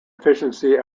efficiency